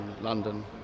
London